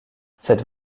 cette